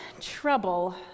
trouble